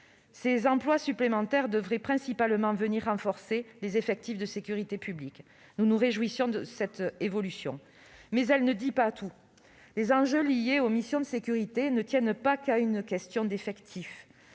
Ces emplois supplémentaires devraient principalement venir renforcer les effectifs de sécurité publique. Nous nous réjouissons de cette évolution. Néanmoins, cette évolution ne dit pas tout. Les enjeux liés aux missions de sécurité ne tiennent pas qu'à une question d'effectifs.